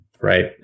right